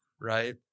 right